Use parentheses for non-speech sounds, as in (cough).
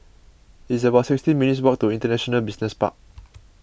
it's about sixteen minutes' walk to International Business Park (noise)